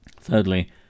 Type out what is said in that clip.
Thirdly